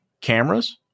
cameras